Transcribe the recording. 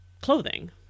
clothing